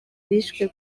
bishwe